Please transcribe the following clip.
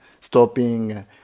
stopping